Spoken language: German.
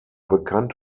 bekannt